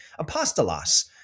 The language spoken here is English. apostolos